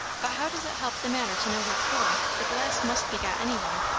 but how does it help the matter to know what for? the glass must be got anyway.